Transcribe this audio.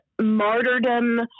martyrdom